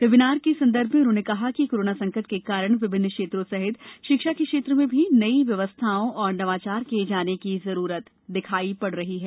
webinar के संदर्भ में उन्होंने कहा कि कोरोना संकट के कारण विभिन्न क्षेत्रों सहित शिक्षा के क्षेत्र में भी नई व्यवस्थाओं और नवाचार किए जाने की जरूरत दिखाई पड़ रही है